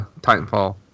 Titanfall